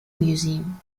museum